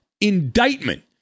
indictment